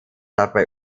dabei